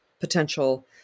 potential